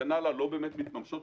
לא באמת מתממשות,